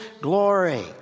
glory